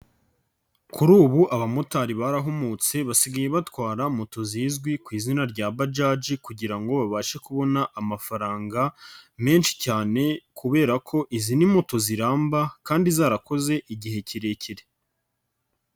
Kuri ubu abamotari barahumutse basigaye batwara moto zizwi ku izina rya bajaji kugira babashe kubona amafaranga menshi cyane kubera ko izi ni mbuto ziramba kandi zarakoze igihe kirekire.